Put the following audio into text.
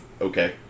okay